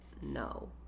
No